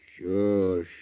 Sure